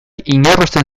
inarrosten